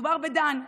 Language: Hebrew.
מדובר בדן,